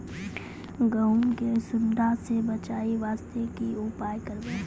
गहूम के सुंडा से बचाई वास्ते की उपाय करबै?